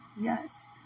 Yes